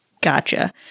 Gotcha